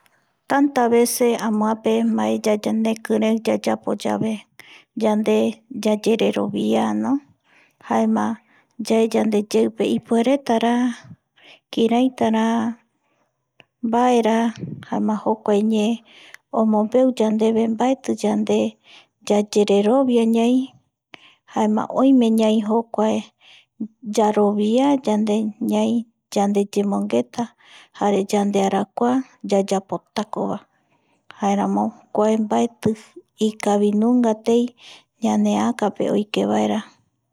Tanta veces amoape yayapo yave yande yayereroviano, jaema yae yandeyeupe ipueretara kiraitara, mbaera jaema jokuae ñee omombeu yande mbaeti yande yayererovia ñai jaema oime ñaï jokuae yarovia yande ñai yandeyemongeta jare yandearakua yayapotako jaeramo kuae mbaeti ikavi nungatei ñaneakape oike vaera